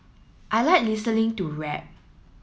I like listening to rap